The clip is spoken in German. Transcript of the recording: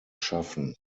schaffen